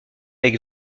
avec